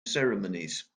ceremonies